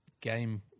game